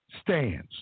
stands